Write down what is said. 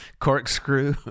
corkscrew